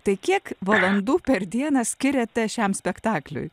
tai kiek valandų per dieną skiriate šiam spektakliui